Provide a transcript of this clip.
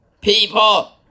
people